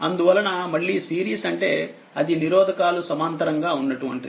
అందువలనమళ్ళీ series అంటే అది నిరోధకాలు సమాంతరంగా ఉన్నటువంటిది